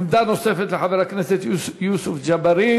עמדה נוספת לחבר הכנסת יוסף ג'בארין.